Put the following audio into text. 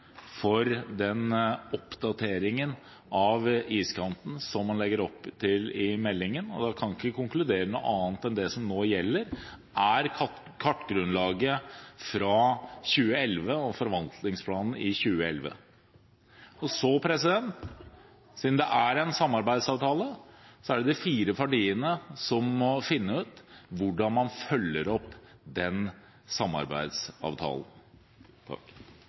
for den oppdateringen av iskanten som man legger opp til i meldingen. Da kan vi ikke konkludere med noe annet enn at det som nå gjelder, er kartgrunnlaget fra 2011 og forvaltningsplanen fra 2011. Siden det foreligger en samarbeidsavtale, er det de fire partiene som må finne ut hvordan man følger opp den samarbeidsavtalen.